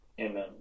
Amen